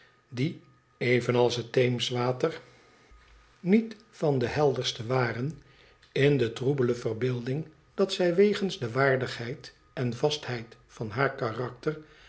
die evenals het theemswater niet van de helderste waren in de troebele verbeelding dat zij wegens de waardigheid en vastheid van haar karakter